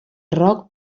rock